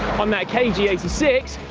on that k g eight six,